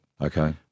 Okay